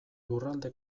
lurralde